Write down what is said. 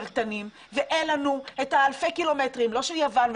קטנים ואין לנו את אלפי הקילומטרים לא של יוון,